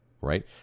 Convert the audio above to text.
right